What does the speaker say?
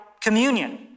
communion